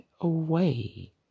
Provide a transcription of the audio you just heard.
away